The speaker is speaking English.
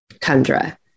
tundra